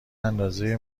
اندازه